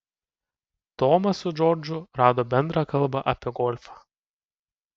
tomas su džordžu rado bendrą kalbą apie golfą